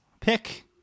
pick